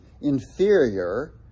inferior